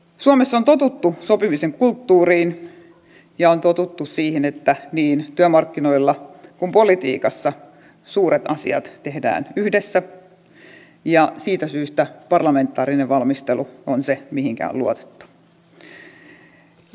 suomessa on totuttu sopimisen kulttuuriin ja on totuttu siihen että niin työmarkkinoilla kuin politiikassa suuret asiat tehdään yhdessä ja siitä syystä parlamentaarinen valmistelu on se mihinkä on luotettu